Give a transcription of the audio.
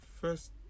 first